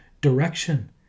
direction